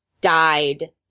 died